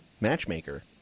matchmaker